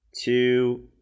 two